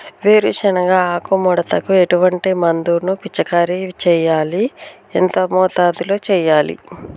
వేరుశెనగ ఆకు ముడతకు ఎటువంటి మందును పిచికారీ చెయ్యాలి? ఎంత మోతాదులో చెయ్యాలి?